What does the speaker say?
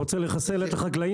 אתה רוצה לחסל את החקלאים?